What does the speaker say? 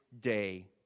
day